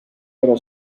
ero